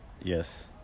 Yes